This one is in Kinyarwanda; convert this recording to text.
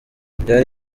ibyari